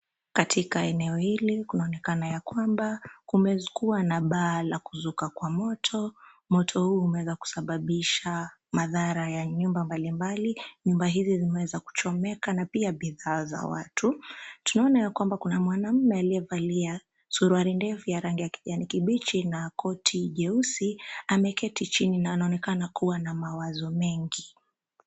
Katika eneo hili kunaonekana ya kwamba kumekuwa na baa la kuzuka kwa moto. Moto huo umeweza kusababisha madhara ya nyumba mbalimbali. Nyumba hizi zimeweza kuchomeka na pia bidhaa za watu. Tunaona ya kwamba kuna mwanaume aliyevalia suruali ndefu ya rangi ya kijani kibichi na koti jeusi. Ameketi chini na anaonekana kuwa na mawazo mengi.